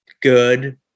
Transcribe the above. good